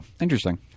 Interesting